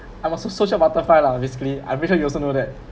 I was so social butterfly lah basically I very sure you also know that